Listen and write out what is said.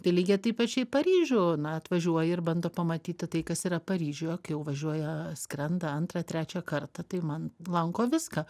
tai lygiai taip pačiai į paryžių na atvažiuoji ir bando pamatyti tai kas yra paryžiuje kai jau važiuoja skrenda antrą trečią kartą tai man lanko viską